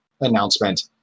announcement